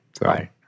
Right